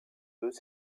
deux